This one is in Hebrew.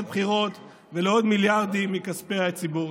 בחירות ולעוד מיליארדים מכספי הציבור.